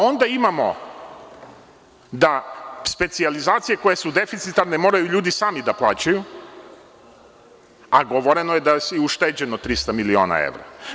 Onda imamo da specijalizacije koje su deficitarne moraju ljudi sami da plaćaju, a govoreno je da je ušteđeno 300 miliona evra.